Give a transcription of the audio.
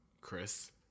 Chris